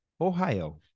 Ohio